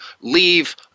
leave